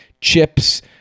CHIPS